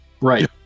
Right